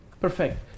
Perfect